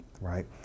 right